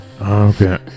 Okay